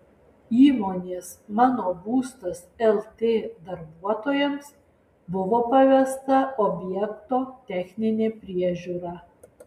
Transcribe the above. įmonės mano būstas lt darbuotojams buvo pavesta objekto techninė priežiūra